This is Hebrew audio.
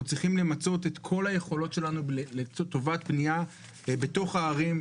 צריכים למצות את כל היכולות שלנו לטובת בנייה בתוך הערים,